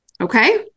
Okay